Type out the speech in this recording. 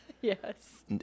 Yes